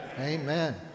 Amen